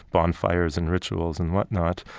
bonfires and rituals and whatnot.